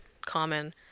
common